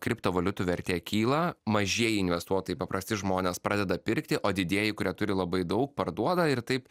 ak kriptovaliutų vertė kyla mažieji investuotojai paprasti žmonės pradeda pirkti o didieji kurie turi labai daug parduoda ir taip